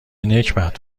نکبت